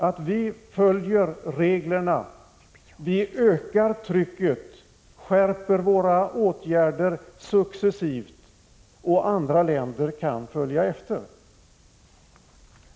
Om vi följer reglerna, ökar trycket och successivt skärper våra åtgärder kan andra länder sedan följa efter.